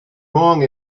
wrong